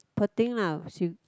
poor thing lah she